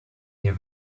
near